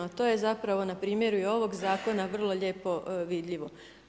To je zapravo na primjeru i ovog zakona vrlo lijepo vidljivo.